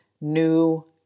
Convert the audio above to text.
new